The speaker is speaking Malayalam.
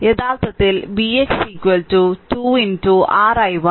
യഥാർത്ഥത്തിൽ vx 2 r i1